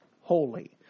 Holy